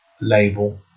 Label